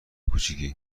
کوچیکی